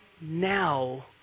now